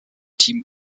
team